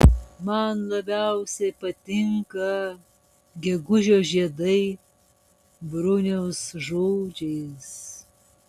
man labiausiai patinka gegužio žiedai bruniaus žodžiais